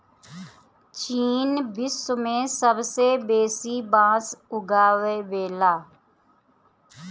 चीन विश्व में सबसे बेसी बांस उगावेला